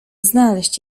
znaleźć